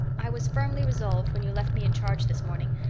i was firmly resolved, when you left me in charge this morning,